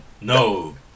No